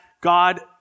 God